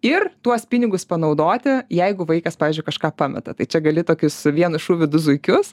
ir tuos pinigus panaudoti jeigu vaikas pavyzdžiui kažką pameta tai čia gali tokius vienu šūviu du zuikius